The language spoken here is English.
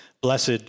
Blessed